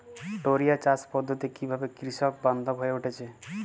টোরিয়া চাষ পদ্ধতি কিভাবে কৃষকবান্ধব হয়ে উঠেছে?